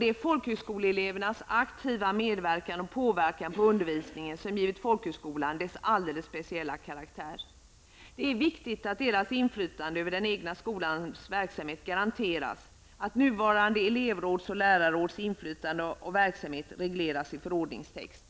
Det är folkhögskoleelevernas aktiva medverkan och påverkan på undervisningen som gett folkhögskolan dess alldeles speciella karaktär. Det är viktigt att deras inflytande över den egna skolans verksamhet garanteras, att nuvarande elevråds och lärarråds inflytande och verksamhet regleras i förordningstext.